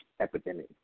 epidemic